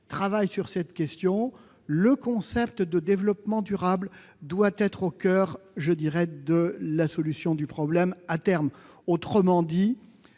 travaille sur cette question. Le concept de développement durable doit être au coeur de la solution à ce problème, à terme. Autrement dit,